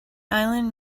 island